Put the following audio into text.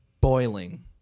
boiling